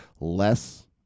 less